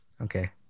Okay